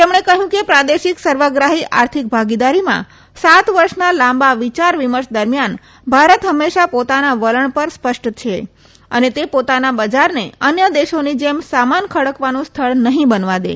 તેમણે કહયું કે પ્રાદેશિક સર્વગ્રાહી આર્થિક ભાગીદારીમાં સાત વર્ષના લાંબા વિયાર વિમર્શ દરમ્યાન ભારત હંમેશા પોતાના વલણ પર સ્પષ્ટ છે અને તે પોતાના બજારને અન્ય દેશોની જેમ સામાન ખડકવાનું સ્થળ નહી બનવા દે